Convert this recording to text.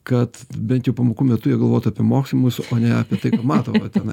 kad bent jau pamokų metu jie galvotų apie moksimus o ne apie tai mato vat tenai